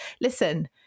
listen